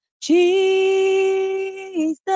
Jesus